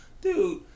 Dude